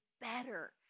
better